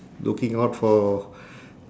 looking out for